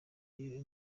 iyo